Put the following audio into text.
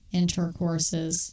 intercourses